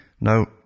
Now